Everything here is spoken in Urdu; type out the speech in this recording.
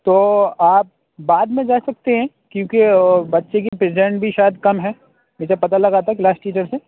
تو آپ بعد میں جا سکتے ہیں کیونکہ بچے کی پریزینٹ بھی شاید کم ہے مجھے پتہ لگا تھا کلاس ٹیچر سے